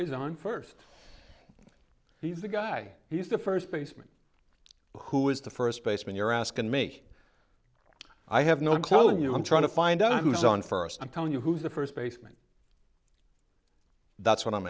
is on first he's the guy he's the first baseman who is the first baseman you're asking me i have no telling you i'm trying to find out who's on first i'm telling you who's the first baseman that's what i'm